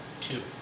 Two